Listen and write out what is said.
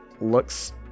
looks